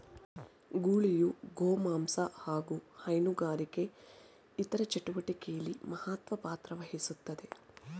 ಗೂಳಿಯು ಗೋಮಾಂಸ ಹಾಗು ಹೈನುಗಾರಿಕೆ ಇತರ ಚಟುವಟಿಕೆಲಿ ಮಹತ್ವ ಪಾತ್ರವಹಿಸ್ತದೆ